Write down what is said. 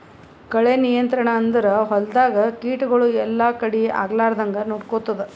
ಕಳೆ ನಿಯಂತ್ರಣ ಅಂದುರ್ ಹೊಲ್ದಾಗ ಕೀಟಗೊಳ್ ಎಲ್ಲಾ ಕಡಿ ಆಗ್ಲಾರ್ದಂಗ್ ನೊಡ್ಕೊತ್ತುದ್